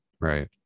right